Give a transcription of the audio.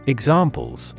Examples